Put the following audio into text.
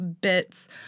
Bits